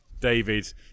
David